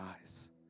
eyes